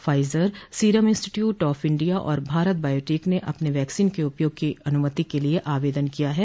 Pfizer Serum Institute of India और Bharat Biotech ने अपनी वैक्सीन के उपयोग की अनुमति के लिए आवेदन किया है